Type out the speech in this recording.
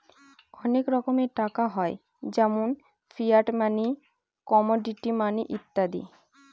অনেক রকমের টাকা হয় যেমন ফিয়াট মানি, কমোডিটি মানি ইত্যাদি